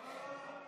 לא, לא.